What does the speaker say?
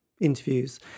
interviews